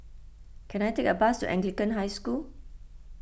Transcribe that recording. can I take a bus to Anglican High School